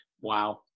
Wow